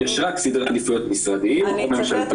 יש רק סדרי עדיפויות משרדיים או ממשלתיים.